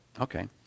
okay